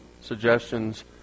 suggestions